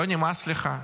לא נמאס לך?